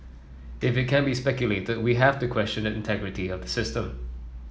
if it can be speculated we have to question the integrity of the system